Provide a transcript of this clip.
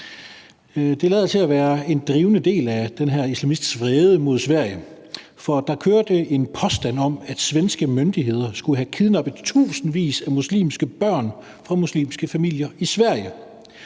Det lader til at være en drivende del af den her islamistiske vrede mod Sverige, for der kørte en påstand om, at svenske myndigheder skulle have kidnappet tusindvis af muslimske børn fra muslimske familier i Sverige.